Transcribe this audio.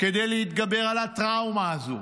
כדי להתגבר על הטראומה הזאת.